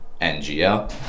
N-G-L